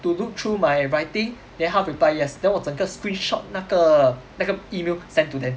to look through my writing then 他 replied yes then 我整个 screenshot 那个那个 email send to them